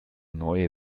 neue